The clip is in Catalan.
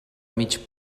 mig